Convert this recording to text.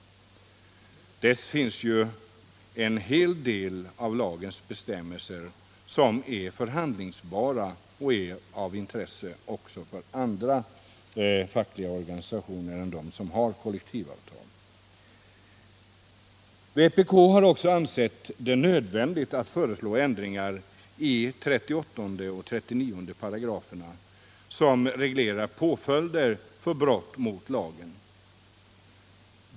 Det finns ju en hel del av lagens bestämmelser som är förhandlingsbara och av intresse också för andra fackliga organisationer än de som har kollektivavtal. Vpk har också ansett att det är nödvändigt att föreslå ändringar i 38 och 39 §§, som reglerar påföljder för brott mot lagen.